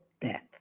death